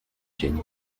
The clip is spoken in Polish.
dzień